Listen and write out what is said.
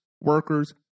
workers